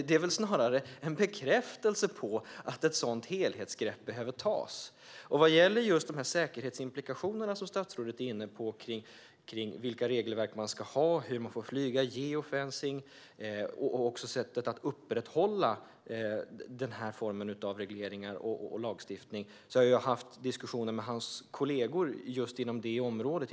Det är väl snarare en bekräftelse på att ett sådant helhetsgrepp behövs. Vad gäller just säkerhetsimplikationerna som statsrådet är inne på - när det gäller vilka regelverk man ska ha, hur man får flyga vid geofencing och att upprätthålla den formen av regleringar och lagstiftningar - har jag haft diskussioner med statsrådets kollegor på justitieområdet om det.